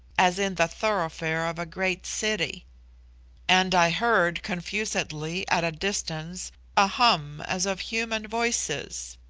as in the thoroughfare of a great city and i heard confusedly at a distance a hum as of human voices.